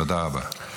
תודה רבה.